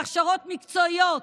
להכשרות מקצועיות,